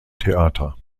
theater